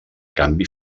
canvi